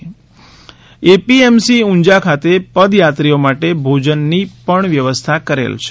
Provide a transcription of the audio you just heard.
એ થી એમસી ઉંઝા ખાતે પદયાત્રીઓ માટે ભોજનની પણ વ્યવસ્થા કરેલ છે